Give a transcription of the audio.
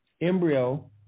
embryo